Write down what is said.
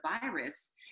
virus